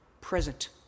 present